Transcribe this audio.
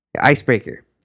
icebreaker